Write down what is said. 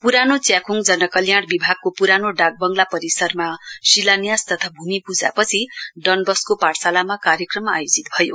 पुरानो च्याखुङ जन कल्याण विभागको पुरानो डाकवंगला परिसरमा शिलान्यास तथा भूमि पूजा पछि डन वस्को पाठशालामा कार्यक्रम आयोजित भयो